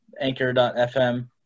anchor.fm